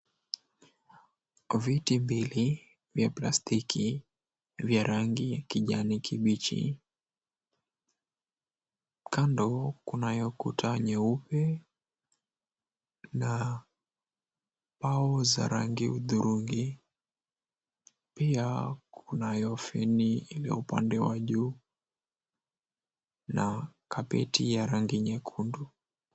Viti mbili vya plastiki vya rangi ya kijani kibichi. Kando kunayo kuta nyeupe na mbao za rangi hudhurungi. Pia kunayo fan ile upande wa juu na kapeti ya rangi nyekundu.